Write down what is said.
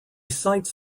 cites